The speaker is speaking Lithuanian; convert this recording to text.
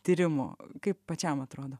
tyrimų kaip pačiam atrodo